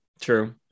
True